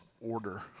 order